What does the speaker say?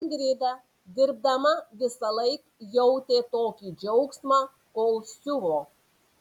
ingrida dirbdama visąlaik jautė tokį džiaugsmą kol siuvo